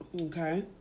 Okay